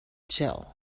gel